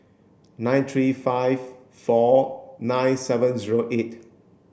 nine three five four nine seven zero eight